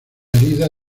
herida